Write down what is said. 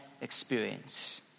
experience